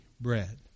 bread